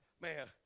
Man